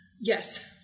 Yes